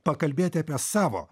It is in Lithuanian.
pakalbėti apie savo